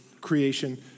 creation